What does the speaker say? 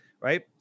right